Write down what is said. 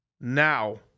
Now